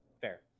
Fair